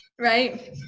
right